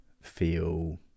feel